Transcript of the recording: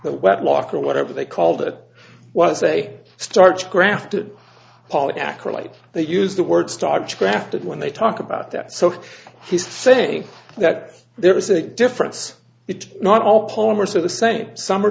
wedlock or whatever they called it was a starch grafted paul acolyte they use the word starch grafted when they talk about that so he's saying that there is a difference it's not all polymers are the same some are